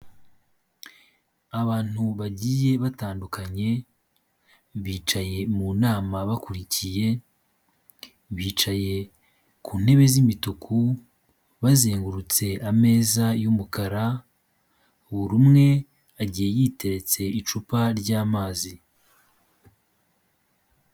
Abantu bagiye batandukanye bicaye mu nama bakurikiye, bicaye ku ntebe z'imituku bazengurutse ameza y'umukara, buri umwe agiye yiteretse icupa ry'amazi.